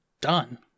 done